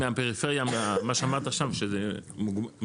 למה מהפריפריה מה שאמרת עכשיו שזה משולב,